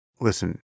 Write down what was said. Listen